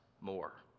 more